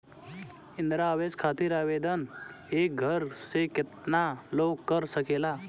इंद्रा आवास खातिर आवेदन एक घर से केतना लोग कर सकेला?